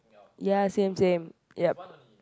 ya same same yup